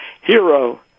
Hero